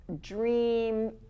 dream